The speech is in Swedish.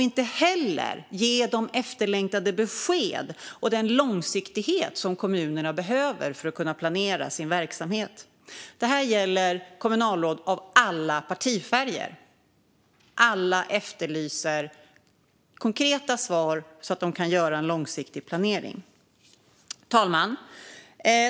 Inte heller ger man de efterlängtade besked och den långsiktighet som kommunerna behöver för att kunna planera sin verksamhet. Det här gäller kommunalråd av alla partifärger. Alla efterlyser konkreta svar så att de kan göra en långsiktig planering. Fru talman!